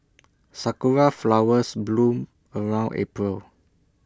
Sakura Flowers bloom around April